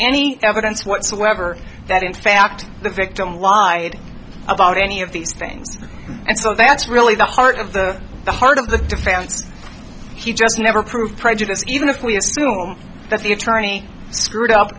any evidence whatsoever that in fact the victim lied about any of these things and so that's really the heart of the the heart of the defense he just never proved prejudice even if we assume that the attorney screwed up